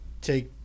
take